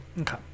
Okay